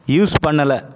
use பண்ணல